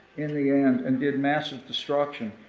in the end and did massive destruction,